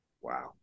Wow